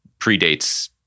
predates